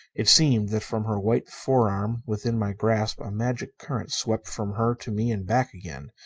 it seemed that from her white forearm within my grasp a magic current swept from her to me and back again.